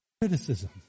Criticism